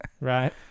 Right